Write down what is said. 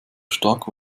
stark